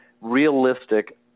realistic